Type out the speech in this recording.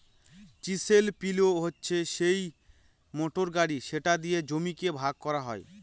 chisel plough হচ্ছে সিই motor গাড়ি যেটা দিয়ে জমিকে ভাগ করা হয়